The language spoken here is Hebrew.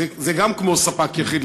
זה גם כמו ספק יחיד,